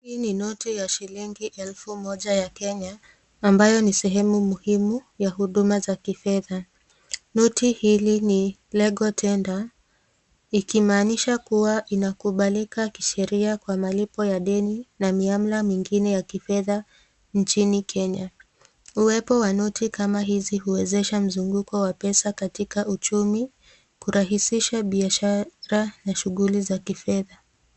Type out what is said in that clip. Hii ni noti ya shilingi elfu moja ya kenya ambayo ni sehemu muhimu ya huduma za kifedha. Noti hili ni legwa tenda ikimaanisha kuwa inakubalika ki sheria kwa malipo ya deni na miamla mengine ya kifedha nchini kenya. Uwepo wa noti kama hizi huwezesha mzunguko wa pesa katika uchumu kurahisisha biashara na shughuli za kifedha.